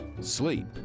Sleep